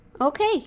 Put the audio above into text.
Okay